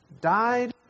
died